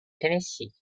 tennessee